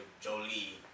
Jolie